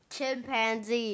Chimpanzee